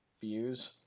views